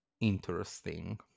Interesting